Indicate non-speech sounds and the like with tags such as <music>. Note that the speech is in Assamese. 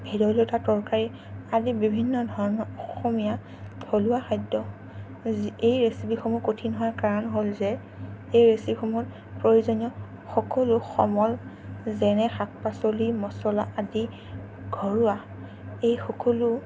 ভেদাইলতা তৰকাৰী আদি বিভিন্ন ধৰণৰ অসমীয়া থলুৱা খাদ্য <unintelligible> এই ৰেচিপিসমূহ কঠিন হোৱাৰ কাৰণ হ'ল যে এই ৰেচিপিসমূহৰ প্ৰয়োজনীয় সকলো সমল যেনে শাক পাচলি মছলা আদি ঘৰুৱা এই সকলো